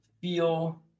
feel